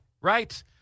right